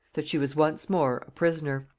that she was once more a prisoner.